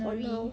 for now